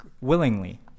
willingly